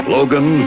Logan